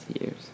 years